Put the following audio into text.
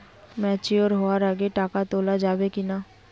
Mature হওয়ার আগে টাকা তোলা যাবে কিনা?